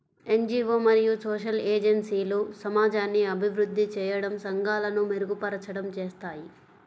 NGO మరియు social ఏజెన్సీలు సమాజాన్ని అభివృద్ధి చేయడం, సంఘాలను మెరుగుపరచడం చేస్తాయి